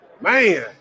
Man